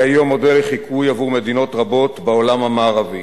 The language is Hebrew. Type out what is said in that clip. והיא היום מודל לחיקוי עבור מדינות רבות בעולם המערבי,